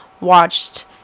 watched